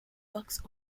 box